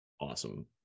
awesome